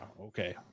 okay